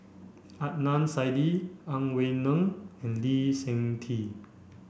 Adnan Saidi Ang Wei Neng and Lee Seng Tee